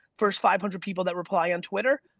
first five hundred people that reply on twitter,